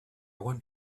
want